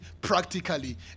practically